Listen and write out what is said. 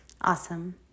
Awesome